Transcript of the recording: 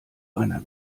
einer